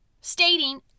Stating